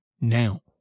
now